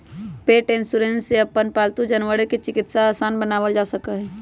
पेट insurance से अपन पालतू जानवर के चिकित्सा आसान बनावल जा सका हई